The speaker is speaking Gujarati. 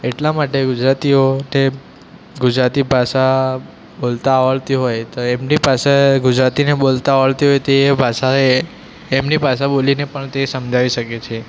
એટલા માટે ગુજરાતીઓ તે ગુજરાતી ભાષા બોલતાં આવડતી હોય તો એમની પાસે ગુજરાતીને બોલતાં આવડતી હોય એ ભાષા એમની ભાષા બોલીને પણ સમજાવી શકે છે